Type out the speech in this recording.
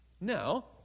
Now